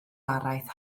araith